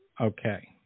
Okay